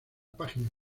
página